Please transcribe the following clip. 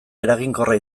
eraginkorra